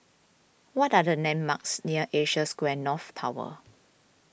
what are the landmarks near Asia Square North Tower